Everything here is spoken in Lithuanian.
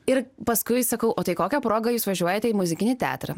ir paskui sakau o tai kokia proga jūs važiuojate į muzikinį teatrą